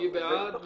מי בעד?